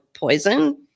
poison